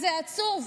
זה עצוב.